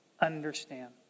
understand